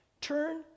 Turn